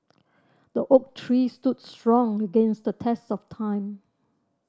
the oak tree stood strong against the test of time